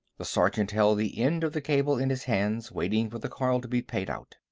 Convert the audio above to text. the sergeant held the end of the cable in his hands, waiting for the coil to be paid out.